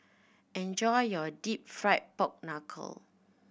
enjoy your Deep Fried Pork Knuckle